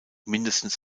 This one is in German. mindestens